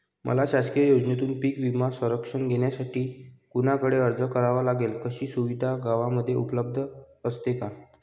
मला शासकीय योजनेतून पीक विमा संरक्षण घेण्यासाठी कुणाकडे अर्ज करावा लागेल? अशी सुविधा गावामध्ये उपलब्ध असते का?